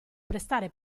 prestare